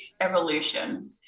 evolution